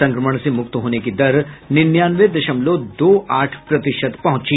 संक्रमण से मुक्त होने की दर निन्यानवे दशमलव दो आठ प्रतिशत पहुंची